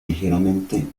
ligeramente